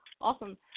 Awesome